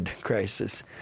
crisis